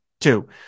Two